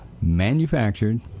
manufactured